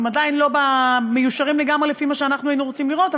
הם עדיין לא מיושרים לגמרי לפי מה שאנחנו היינו רוצים לראות,